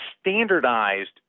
standardized